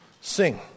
Sing